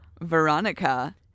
Veronica